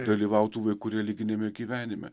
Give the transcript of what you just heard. dalyvaut tų vaikų religiniame gyvenime